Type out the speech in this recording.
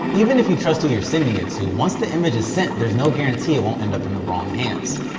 even if you trust who you're sending it to, once the image is sent, there's no guarantee it won't end up in the wrong hands.